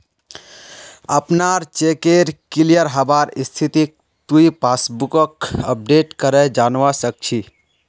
अपनार चेकेर क्लियर हबार स्थितिक तुइ पासबुकक अपडेट करे जानवा सक छी